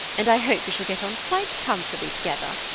and i hope we shall get on quite comfortably together.